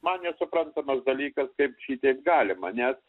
man nesuprantamas dalykas kaip šitaip galima nes